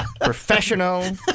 Professional